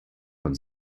von